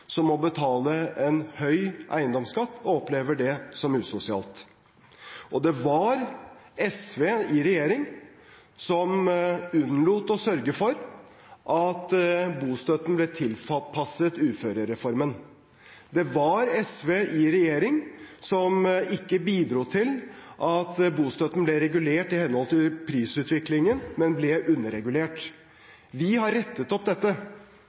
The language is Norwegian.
som må betale en høy eiendomsskatt, og som opplever det som usosialt. Det var SV i regjering som unnlot å sørge for at bostøtten ble tilpasset uførereformen. Det var SV i regjering som ikke bidro til at bostøtten ble regulert i henhold til prisutviklingen, men ble underregulert. Vi har rettet opp dette.